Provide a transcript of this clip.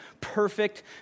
perfect